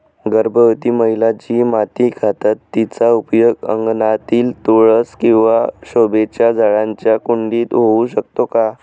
गर्भवती महिला जी माती खातात तिचा उपयोग अंगणातील तुळस किंवा शोभेच्या झाडांच्या कुंडीत होऊ शकतो का?